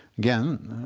again,